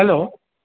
hello